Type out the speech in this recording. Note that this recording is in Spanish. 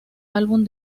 álbum